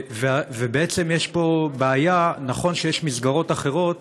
ובעצם יש פה בעיה: נכון שיש מסגרות אחרות,